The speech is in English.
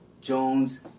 Jones